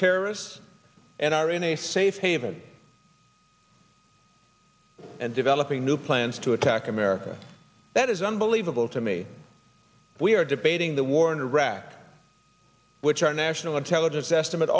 terrorists and are in a safe haven and developing new plans to attack america that is unbelievable to me we are debating the war in iraq which our national intelligence estimate